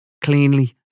cleanly